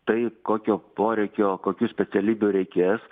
tai kokio poreikio kokių specialybių reikės